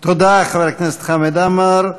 תודה, חבר הכנסת חמד עמאר.